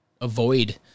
avoid